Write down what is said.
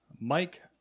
Mike